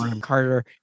Carter